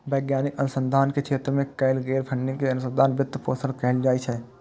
वैज्ञानिक अनुसंधान के क्षेत्र मे कैल गेल फंडिंग कें अनुसंधान वित्त पोषण कहल जाइ छै